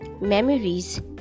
memories